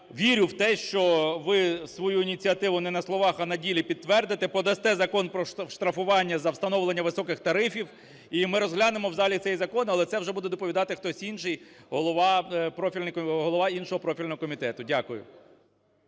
вірю в те, що ми свою ініціативу не на словах, а на ділі підтвердите, подасте закон про штрафування за встановлення високих тарифів, і ми розглянемо в залі цей закон, але це вже буде доповідати хтось інший, голова іншого профільного комітету. Дякую.